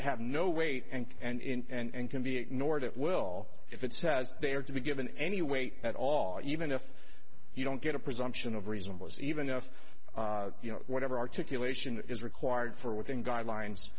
have no weight and and can be ignored it will if it says they are to be given any weight at all even if you don't get a presumption of reasonable is even if you know whatever articulation is required for within guidelines